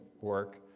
work